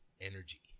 energy